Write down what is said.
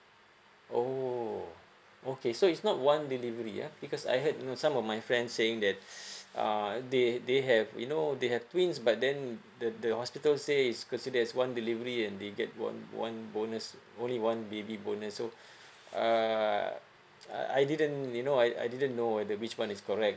oh okay so it's not one delivery yeah because I heard you know some of my friends saying that's uh they they have you know they have twins but then the the hospital say is consider as one delivery and they get one one bonus only one baby bonus so uh I I didn't you know I I didn't know whether which one is correct